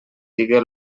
digué